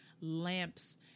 lamps